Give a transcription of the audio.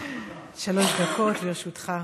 שלוש דקות לרשותך.